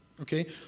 okay